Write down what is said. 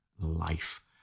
life